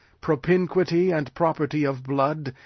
propinquity and property of blood,